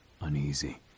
uneasy